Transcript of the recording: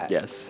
Yes